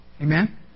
Amen